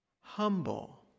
humble